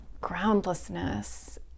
groundlessness